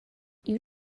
you